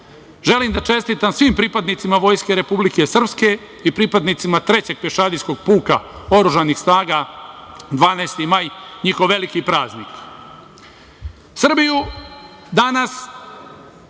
Želim da čestitam svim pripadnicima Vojske Republike Srpske i pripadnicima Trećeg pešadijskog puka oružanih snaga 12. maj njihov veliki praznik. Srbiju danas